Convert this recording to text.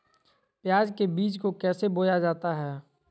प्याज के बीज को कैसे बोया जाता है?